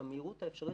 במהירות האפשרית,